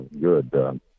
good